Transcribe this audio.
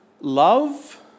love